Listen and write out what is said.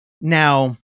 Now